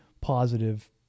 positive